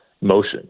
motion